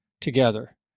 together